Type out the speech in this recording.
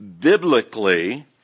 biblically